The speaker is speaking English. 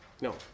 No